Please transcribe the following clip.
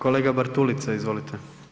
Kolega Bartulica, izvolite.